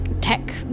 tech